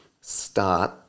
start